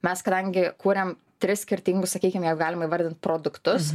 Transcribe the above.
mes kadangi kuriam tris skirtingus sakykim jog galime įvardint produktus